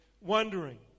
wondering